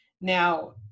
Now